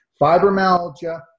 fibromyalgia